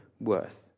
worth